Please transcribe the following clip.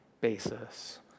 basis